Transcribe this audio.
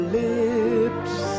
lips